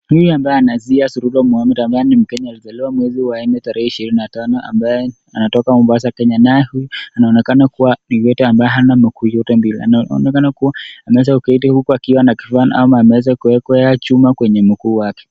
Huyu ambaye anazuia sura amezaliwa mwezi wa nnne tarehe ishirini na tano kutoka Mombasa Kenya naye huyu anaonekana kiwete ambaye hana miguu yote miwili na anaomekana kuwa ama ameweza kuwekwa chuma kwenye mguu wake.